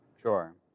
Sure